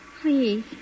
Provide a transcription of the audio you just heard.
Please